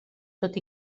tot